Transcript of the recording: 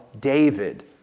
David